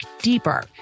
deeper